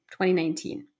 2019